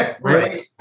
Right